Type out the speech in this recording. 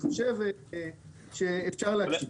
אני חושב שאפשר להקשיב.